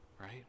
right